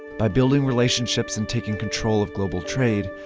by building relationships and taking control of global trade,